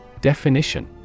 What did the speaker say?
Definition